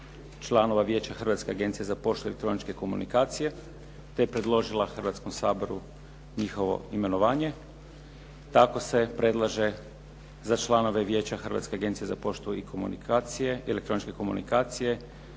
članova Vijeća Hrvatske agencije za poštu i elektroničke komunikacije te je predložila Hrvatskom saboru njihovo imenovanje. Tako se predlaže za članove Vijeća Hrvatske agencije za poštu i elektroničke komunikacije